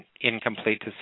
incomplete